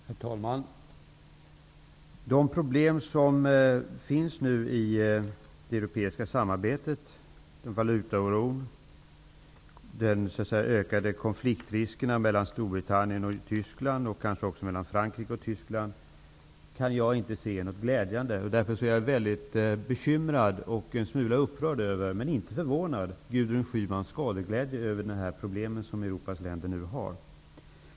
Herr talman! I de problem som nu finns i det europeiska samarbetet -- valutaoron, de ökade riskerna för konflikt mellan Storbritannien och Tyskland, och kanske också mellan Frankrike och Tyskland -- kan jag inte se något glädjande. Därför är jag mycket bekymrad och en smula upprörd, men inte förvånad, över Gudrun Schymans skadeglädje över dessa problem som Europas länder nu har.